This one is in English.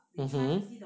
mmhmm